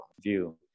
view